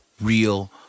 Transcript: real